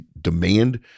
demand